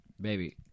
Baby